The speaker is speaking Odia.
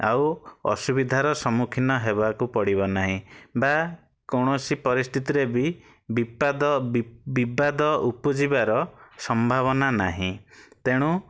ଆଉ ଅସୁବିଧାର ସମ୍ମୁଖୀନ ହେବାକୁ ପଡ଼ିବ ନାହିଁ ବା କୌଣସି ପରିସ୍ଥିତିରେ ବି ବିପାଦ ବିବାଦ ଉପୁଜିବାର ସମ୍ଭାବନା ନାହିଁ ତେଣୁ